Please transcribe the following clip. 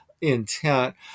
intent